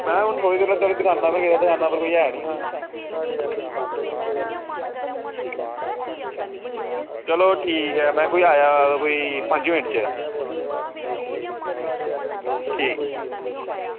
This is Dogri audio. महां हून थोह्ड़ी देर पैह्लैं दकानां पर गेदा हा दकानां पर कोई ऐहा नी चलो ठीक ऐ में आया कि पंज मैंट च ठीक